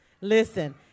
Listen